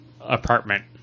apartment